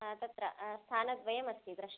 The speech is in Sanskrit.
ह तत्र स्थानद्वयम् अस्ति द्रष्टुम्